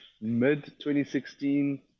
Mid-2016